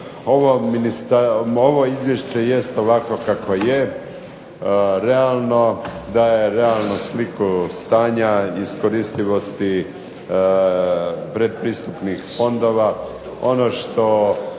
Ovo izvješće jest ovakvo kakvo je, realno, daje realnu sliku stanja iskoristivosti pretpristupnih fondova. Ono što